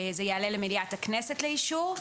זה יעלה למליאת הכנסת לאישור.